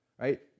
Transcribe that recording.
right